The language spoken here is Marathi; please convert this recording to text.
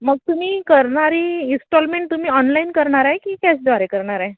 मग तुम्ही करणारी इनस्टॉलमेंट तुम्ही ऑनलाईन करणार आहे की कॅशद्वारे करणार आहे